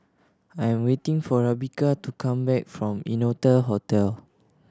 I am waiting for Rebekah to come back from Innotel Hotel